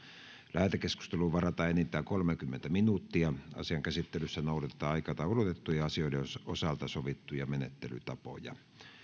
lähetekeskusteluun varataan enintään kolmekymmentä minuuttia asian käsittelyssä noudatetaan aikataulutettujen asioiden osalta sovittuja menettelytapoja